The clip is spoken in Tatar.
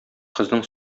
кызның